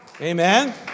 Amen